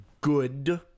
Good